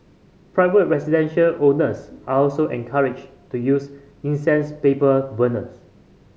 private residential owners are also encouraged to use incense paper burners